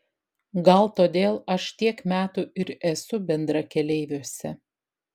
gal todėl aš tiek metų ir esu bendrakeleiviuose